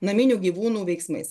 naminių gyvūnų veiksmais